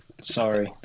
Sorry